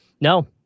no